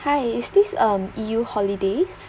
hi is this um E_U holidays